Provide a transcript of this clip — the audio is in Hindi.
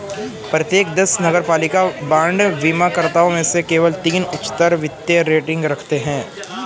प्रत्येक दस नगरपालिका बांड बीमाकर्ताओं में से केवल तीन उच्चतर वित्तीय रेटिंग रखते हैं